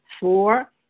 Four